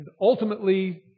ultimately